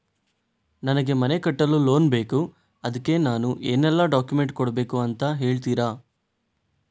ನನಗೆ ಮನೆ ಕಟ್ಟಲು ಲೋನ್ ಬೇಕು ಅದ್ಕೆ ನಾನು ಏನೆಲ್ಲ ಡಾಕ್ಯುಮೆಂಟ್ ಕೊಡ್ಬೇಕು ಅಂತ ಹೇಳ್ತೀರಾ?